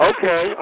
Okay